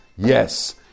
yes